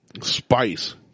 spice